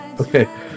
Okay